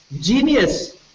genius